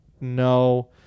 No